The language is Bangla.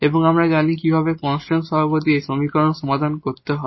এবং আমরা জানি কিভাবে কনস্ট্যান্ট কোইফিসিয়েন্ট দিয়ে সমীকরণ সমাধান করতে হয়